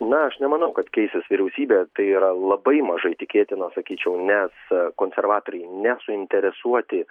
na aš nemanau kad keisis vyriausybė tai yra labai mažai tikėtina sakyčiau nes konservatoriai nesuinteresuoti